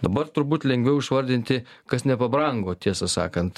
dabar turbūt lengviau išvardinti kas nepabrango tiesą sakant